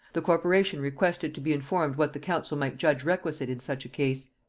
the corporation requested to be informed what the council might judge requisite in such a case.